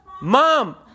Mom